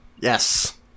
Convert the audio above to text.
Yes